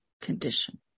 condition